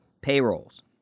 payrolls